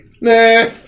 Nah